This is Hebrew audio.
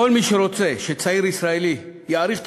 כל מי שרוצה שצעיר ישראלי יעריך את